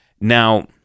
Now